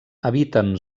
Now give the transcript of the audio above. habiten